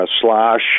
Slash